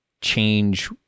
change